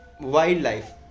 wildlife